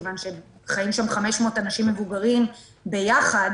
מכוון שחיים שם 500 אנשים מבוגרים ביחד,